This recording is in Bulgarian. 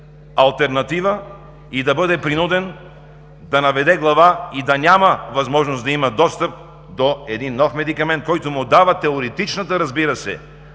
алтернатива – да бъде принуден да наведе глада, и да няма възможност за достъп до нов медикамент, който му дава теоретичната, разбира се,